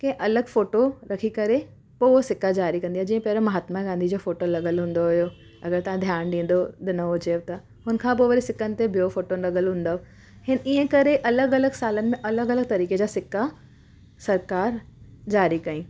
के अलॻि फ़ोटो रखी करे पोइ उहो सिक्का जारी कंदी आहे जीअं पहिंरियों महात्मा गांधी जो फ़ोटो लॻियलु हूंदो हुयो अगरि तव्हां ध्यानु ॾींदो ॾिनो हुजेव त हुनखां पोइ वरी सिक्कनि ते ॿियो फ़ोटो लॻियलु हूंदव हिन ईअं करे अलॻि अलॻि सालनि में अलॻि अलॻि तरीक़े जा सिक्का सरकार ज़ारी कई